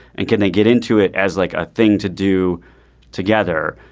and can they get into it as like a thing to do together